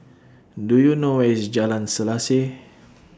Do YOU know Where IS Jalan Selaseh